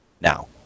Now